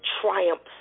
triumphs